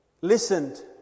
listened